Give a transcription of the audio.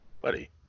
buddy